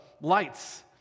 lights